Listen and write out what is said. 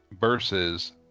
versus